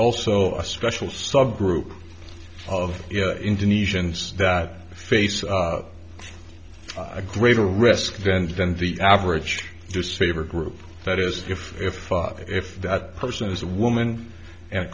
also a special subgroup of indonesians that face a greater risk then than the average disfavor group that is if if if that person is a woman and